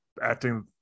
Acting